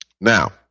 Now